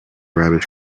rabbit